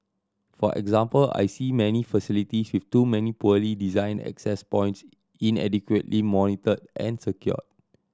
for example I see many facilities with too many poorly designed access points inadequately monitored and secured